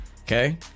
Okay